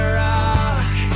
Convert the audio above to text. rock